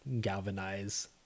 galvanize